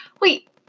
wait